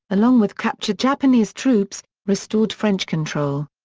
along with captured japanese troops, restored french control.